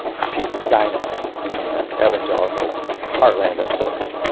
piece of dynamite in the evangelical heartland of sorts